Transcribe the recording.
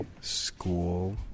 School